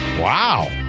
Wow